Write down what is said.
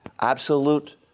absolute